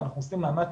ואנחנו עושים מאמץ